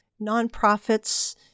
nonprofits